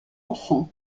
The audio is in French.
enfants